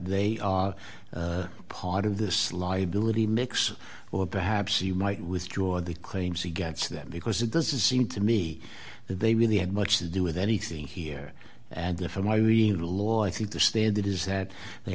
are part of the sly ability mix or perhaps you might withdraw the claims against them because it doesn't seem to me that they really had much to do with anything here and there from i mean law i think the standard is that they